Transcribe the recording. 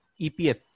EPF